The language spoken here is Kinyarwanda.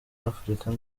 afurika